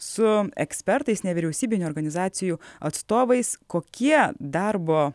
su ekspertais nevyriausybinių organizacijų atstovais kokie darbo